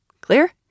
clear